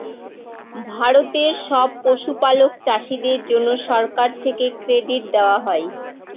ভারতের সব পশুপালক চাষীদের জন্যে সরকার থেকে ক্রেডিট দেওয়া হয়